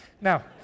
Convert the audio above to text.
Now